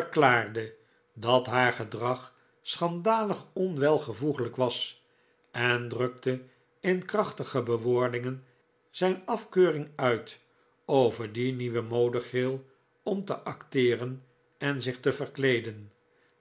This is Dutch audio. verklaarde dat haar gedrag schandalig onwelvoeglijk was en drukte in krachtige bewoordingen zijn afkeuring uit over die nieuwe modegril om te acteeren en zich te verkleeden